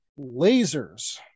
lasers